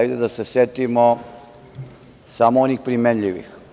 Hajde da se setimo samo onih primenljivih.